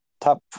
top